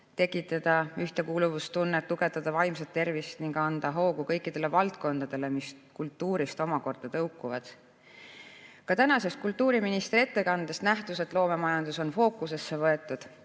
tekitada ühtekuuluvustunnet, tugevdada vaimset tervist ning anda hoogu kõikidele valdkondadele, mis kultuurist omakorda tõukuvad. Ka tänasest kultuuriministri ettekandest nähtus, et loomemajandus on fookusesse võetud